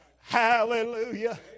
Hallelujah